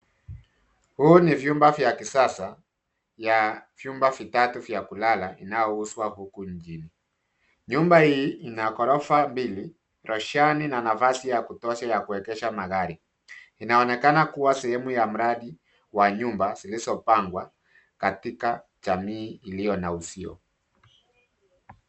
Huu ni vyumba vya kisasa ya vyumba vitatu vya kulala inayouzwa huku mjini. Nyumba hii ina gorofa mbili, rashani na nafasi ya kutosha ya kuegesha magari. Inaonekana kuwa sehemu ya mradi wa nyumba zilizopangwa katika jamii iliyo na uzio.